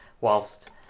whilst